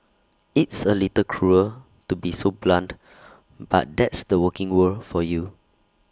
it's A little cruel to be so blunt but that's the working world for you